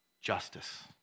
justice